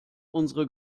unsere